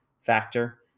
factor